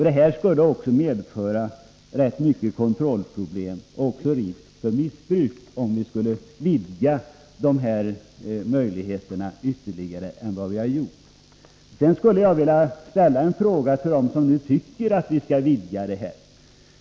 Det skulle dessutom medföra kontrollproblem och även risk för missbruk. Sedan skulle jag vilja ställa en fråga till dem som talar för en utvidgning.